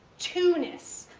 to-ness,